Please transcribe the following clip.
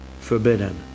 forbidden